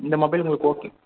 இந்த மொபைல் உங்களுக்கு ஓகே